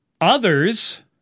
Others